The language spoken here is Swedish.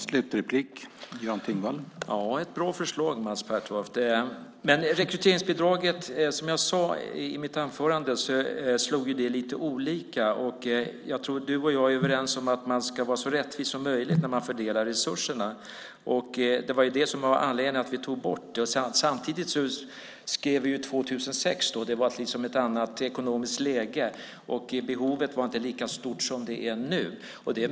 Herr talman! Det är ett bra förslag, Mats Pertoft. Men som jag sade i mitt anförande slog ju rekryteringsbidraget lite olika. Jag tror att du och jag är överens om att man ska vara så rättvis som möjligt när man fördelar resurserna. Det var ju det som var anledningen till att vi tog bort det. Samtidigt skrev vi 2006 då. Det var liksom ett annat ekonomiskt läge, och behovet var inte lika stort som det är nu.